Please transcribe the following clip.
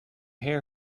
hair